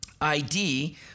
ID